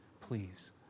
please